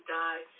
die